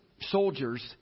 soldiers